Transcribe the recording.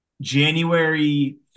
January